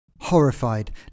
Horrified